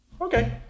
Okay